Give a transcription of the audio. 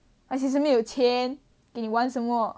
其实没有钱给你玩什么